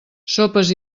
sopes